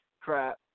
crap